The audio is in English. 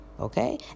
Okay